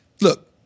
Look